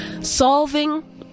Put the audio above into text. Solving